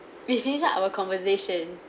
we finish up our conversation